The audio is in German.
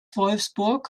wolfsburg